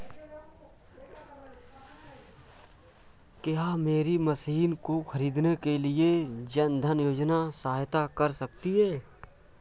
क्या मेरी मशीन को ख़रीदने के लिए जन धन योजना सहायता कर सकती है?